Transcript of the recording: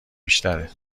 بیشتره